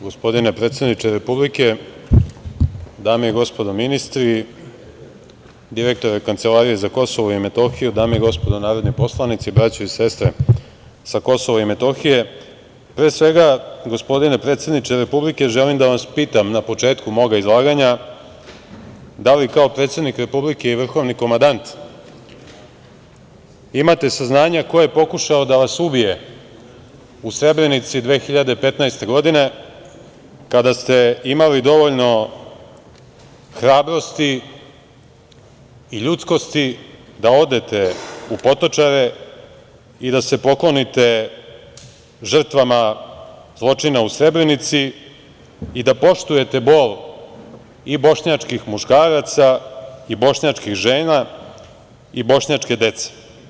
Gospodine predsedniče Republike, dame i gospodo ministri, direktore Kancelarije za Kosovo i Metohiju, dame i gospodo narodni poslanici, braćo i sestre sa Kosova i Metohije, pre svega, gospodine predsedniče Republike, želim da vas pitam na početku mog izlaganja - da li kao predsednik Republike i vrhovni komandant imate saznanja ko je pokušao da vas ubije u Srebrenici 2015. godine kada ste imali dovoljno hrabrosti i ljudskosti da odete u Potočare i da se poklonite žrtvama zločina u Srebrenici i da poštujete bol i bošnjačkih muškaraca i bošnjačkih žena i bošnjačke dece?